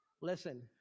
Listen